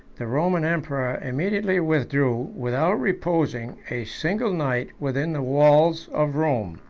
the roman emperor immediately withdrew, without reposing a single night within the walls of rome.